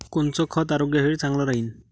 कोनचं खत आरोग्यासाठी चांगलं राहीन?